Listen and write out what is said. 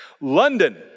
London